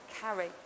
carry